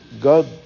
God